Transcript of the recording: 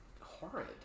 horrid